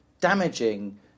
damaging